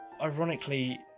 ironically